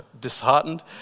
disheartened